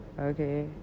okay